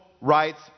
rights